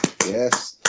Yes